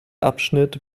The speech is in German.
abschnitt